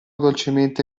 dolcemente